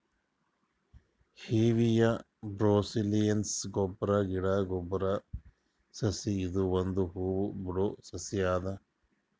Hevea brasiliensis rubber ಗಿಡಾ rubber ಸಸಿ ಇದು ಒಂದ್ ಹೂ ಬಿಡೋ ಸಸಿ ಅದ